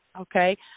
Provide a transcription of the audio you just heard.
okay